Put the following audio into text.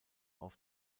auf